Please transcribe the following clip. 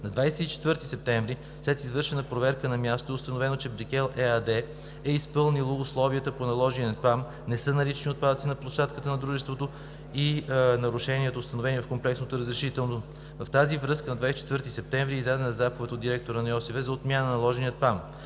На 24 септември, след извършена проверка на място, е установено, че „Брикел“ ЕАД е изпълнило условията по наложената принудителна административна мярка, не са налични отпадъци на площадката на дружеството и нарушенията, установени в комплексното разрешително. В тази връзка на 24 септември е издадена заповед от директора на РИОСВ за отмяна на наложената